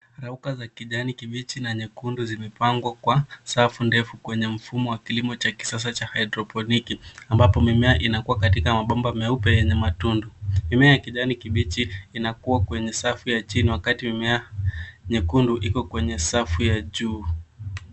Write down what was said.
Mimea za kijani kibichi na nyekundu zimepangwa kwa safundefu kwenye mfumo wa kilimo wa kisasa wa hydroponiki ambapo mimea inakua katika mabomba meupe yenye matundu mimea ya kijani kibichi inakua kwenye safu ya chini wakati mimea mekundu iko kwenye safu ya juu.